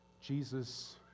Jesus